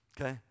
Okay